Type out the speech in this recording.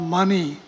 money